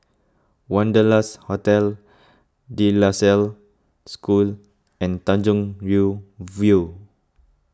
Wanderlust Hotel De La Salle School and Tanjong Rhu View